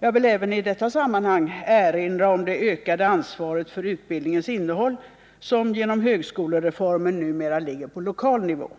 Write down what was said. Jag vill i detta sammanhang även erinra om det ökade ansvaret för utbildningens innehåll som genom högskolereformen numera ligger på lokal nivå.